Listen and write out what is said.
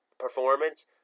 performance